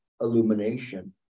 illumination